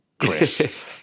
Chris